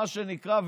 מה שנקרא,